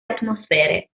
atmosfere